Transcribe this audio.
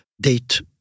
date